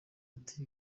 ati